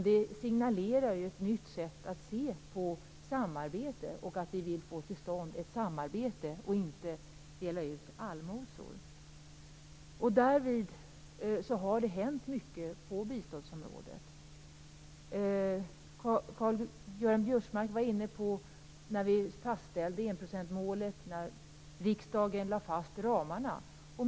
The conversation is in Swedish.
Det signalerar ett nytt sätt att se på samarbete. Vi vill få till stånd ett samarbete och inte dela ut allmosor. Därvid har det hänt mycket på biståndsområdet. Karl-Göran Biörsmark talade om när vi fastställde enprocentsmålet och när riksdagen lade fast ramarna.